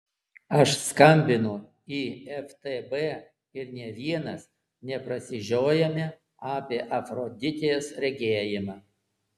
aš skambinu į ftb ir nė vienas neprasižiojame apie afroditės regėjimą